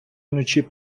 вночі